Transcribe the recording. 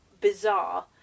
bizarre